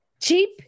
Cheap